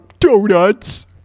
donut's